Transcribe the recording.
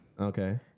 Okay